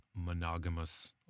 monogamous